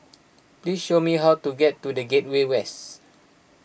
please show me how to get to the Gateway West